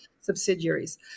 subsidiaries